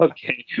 Okay